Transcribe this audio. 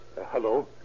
Hello